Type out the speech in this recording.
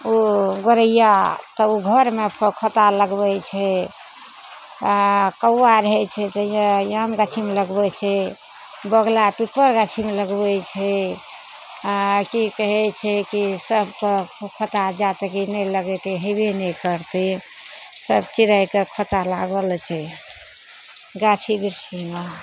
ओ गोरैया तऽ उ घरमे खोता लगबय छै आओर कौआ रहय छै तऽ आम गाछीमे लगबय छै बगला पीपर गाछीमे लगबय छै आओर की कहय छै कि सबके खोत जा तकी नहि लगेतइ हेबे ने करतइ सब चिड़यके खोता लागल छै गाछी बिरछीमे